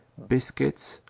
biscuits,